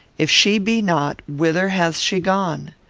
if she be not, whither has she gone?